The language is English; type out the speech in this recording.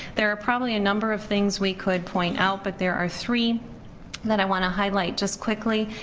there are probably a number of things we could point out, but there are three that i wanna highlight just quickly.